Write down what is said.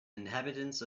inhabitants